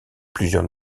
plusieurs